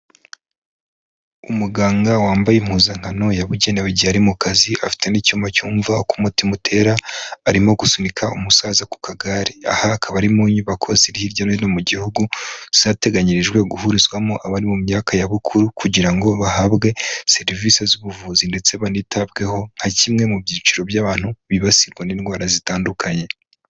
Umuganga wambaye impuzankano yabugenewe igihe ari mu kazi, afite n'icyuma cyumva uko mutima utera, arimo gusunika umusaza ku kagare, aha akaba ari mu nyubako ziri hirya no hino mu gihugu, zateganyirijwe guhurizwamo abari mu myaka ya bukuru, kugira ngo bahabwe serivisi z'ubuvuzi ndetse banitabweho nka kimwe mu byiciro by'abantu bibasirwa n'indwara zitandukanye.